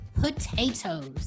potatoes